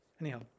anyhow